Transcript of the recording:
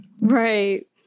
Right